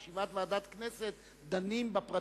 בישיבת ועדת כנסת דנים בפרטים.